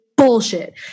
bullshit